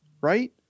right